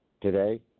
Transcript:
Today